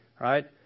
right